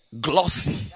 glossy